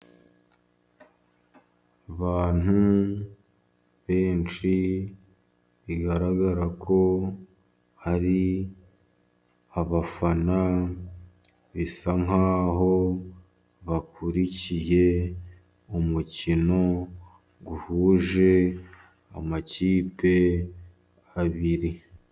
Abantu benshi, bigaragara ko hari abafana bisa nkaho bakurikiye umukino uhuje amakipe abiri.